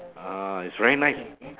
ah it's very nice